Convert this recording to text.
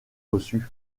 reçus